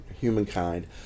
humankind